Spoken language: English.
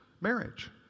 marriage